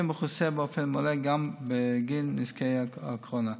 יהיה מכוסה באופן מלא גם בגין נזקי הקורונה.